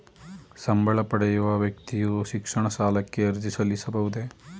ಸಂಬಳ ಪಡೆಯುವ ವ್ಯಕ್ತಿಯು ಶಿಕ್ಷಣ ಸಾಲಕ್ಕೆ ಅರ್ಜಿ ಸಲ್ಲಿಸಬಹುದೇ?